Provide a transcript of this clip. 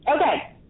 Okay